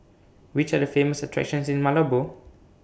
Which Are The Famous attractions in Malabo